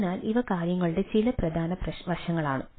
അതിനാൽ ഇവ കാര്യങ്ങളുടെ ചില പ്രധാന വശങ്ങളാണ്